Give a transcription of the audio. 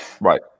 Right